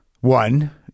One